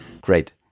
Great